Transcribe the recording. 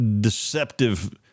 deceptive